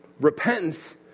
Repentance